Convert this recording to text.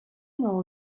know